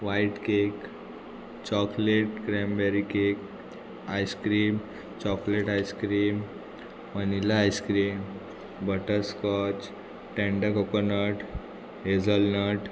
white cake chocolate cream berry cake ice cream chocolate ice-cream vanilla ice cream butternut tender coconut hazelnut